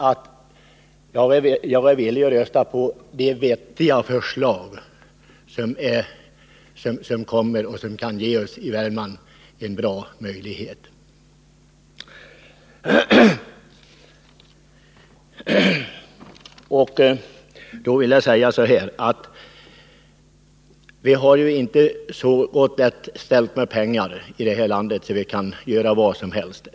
Jag har sagt att jag är villig att rösta för vettiga förslag som kan skapa goda möjligheter för människorna i Värmland. Men vi har det inte så gott ställt med pengar i vårt land att vi kan vidta vilka åtgärder som helst.